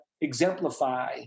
exemplify